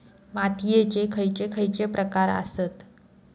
मातीयेचे खैचे खैचे प्रकार आसत?